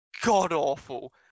god-awful